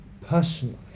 personally